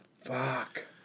Fuck